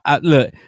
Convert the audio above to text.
look